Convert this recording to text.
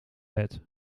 bed